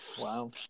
Wow